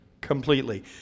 completely